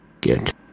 get